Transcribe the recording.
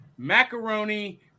macaroni